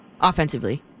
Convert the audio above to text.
offensively